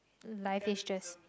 life is just